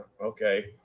okay